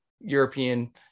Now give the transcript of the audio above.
european